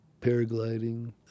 paragliding